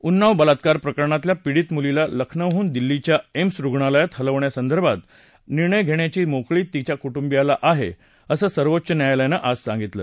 उन्नाव बलात्कार प्रकरणातल्या पीडित मुलीला लखनौहून दिल्लीच्या एम्स रुग्णालयात हलवण्यासंदर्भात निर्णय घेण्याची मोकळीक तिच्या कुटुंबाला आहे असं सर्वोच्च न्यायालयानं आज सांगितलं